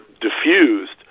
diffused